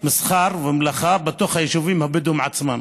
מסחר ומלאכה בתוך היישובים הבדואיים עצמם